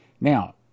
Now